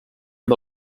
amb